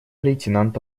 лейтенанта